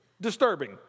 disturbing